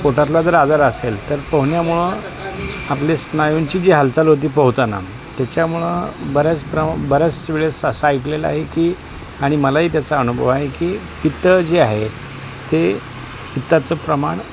पोटातला जर आजार असेल तर पोहण्यामुळं आपली स्नायूंची जी हालचाल होती पोहताना त्याच्यामुळं बऱ्याच प्रमा बऱ्याच वेळेस असा ऐकलेलं आहे की आणि मलाही त्याचा अनुभव आहे की पित्त जे आहे ते पित्ताचं प्रमाण